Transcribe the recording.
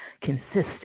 consistent